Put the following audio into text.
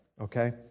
okay